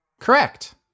Correct